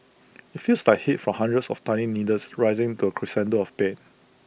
IT feels like heat for hundreds of tiny needles rising to crescendo of pain